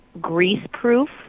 grease-proof